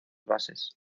bases